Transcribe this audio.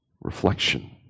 reflection